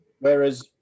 Whereas